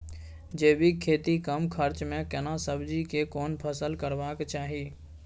जैविक खेती कम खर्च में केना सब्जी के कोन फसल करबाक चाही?